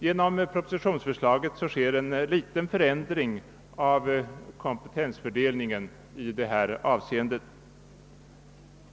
Genom propositionsförslaget sker en liten förändring av kompetensfördelningen i detta avseende.